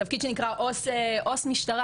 תפקיד שנקרא עו"ס משטרה,